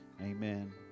amen